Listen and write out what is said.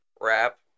wrap